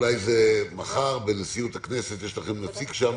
אולי זה מחר, בנשיאות הכנסת, יש לכם נציג שם,